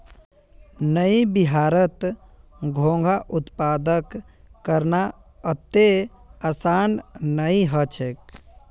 नइ बिहारत घोंघा उत्पादन करना अत्ते आसान नइ ह छेक